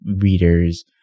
readers